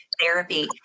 therapy